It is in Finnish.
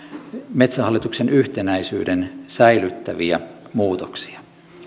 metsähallituksen yhtenäisyyden säilyttäviä muutoksia